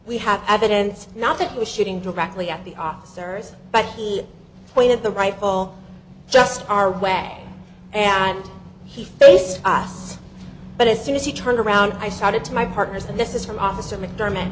we have evidence now that was shooting directly at the officers but he pointed the rifle just our way and he faced us but as soon as he turned around i shouted to my partners and this is from officer mcdermott